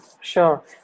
Sure